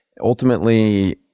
ultimately